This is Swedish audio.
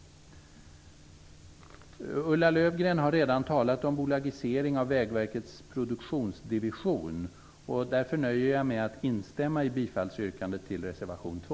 Ulla Löfgren har redan talat om bolagisering av Vägverkets produktionsdivision. Därför nöjer jag mig med att instämma i bifallsyrkandet till reservation 2.